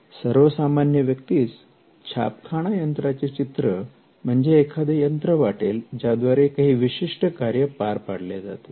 सर्वसामान्य व्यक्तीस छापखाना यंत्राचे चित्र म्हणजे एखादे यंत्र वाटेल ज्याद्वारे काही विशिष्ट कार्य पार पाडले जाते